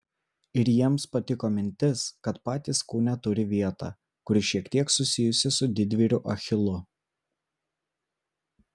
ir jiems patiko mintis kad patys kūne turi vietą kuri šiek tiek susijusi su didvyriu achilu